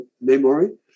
memory